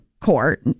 court